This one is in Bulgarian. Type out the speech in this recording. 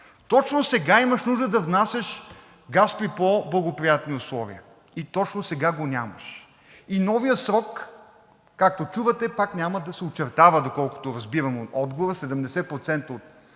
точно сега имаш нужда да внасяш газ при по благоприятни условия и точно сега го нямаш! И новият срок, както чувате, пак няма да се очертава, доколкото разбирам от отговора – 70% от